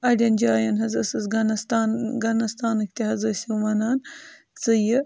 اَڑٮ۪ن جایَن حظ ٲسٕس گنَسستان گنَسستانٕکۍ تہِ حظ ٲسۍ یِم وَنان ژٕ یہِ